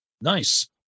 Nice